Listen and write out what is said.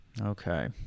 Okay